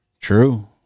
true